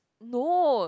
no